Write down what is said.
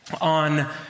on